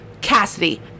Cassidy